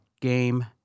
game